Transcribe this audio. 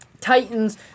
Titans